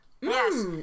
Yes